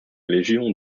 légion